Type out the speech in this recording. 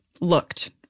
looked